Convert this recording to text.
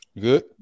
Good